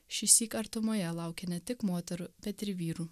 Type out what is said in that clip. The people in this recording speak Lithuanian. šįsyk artumoje laukia ne tik moterų bet ir vyrų